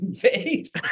face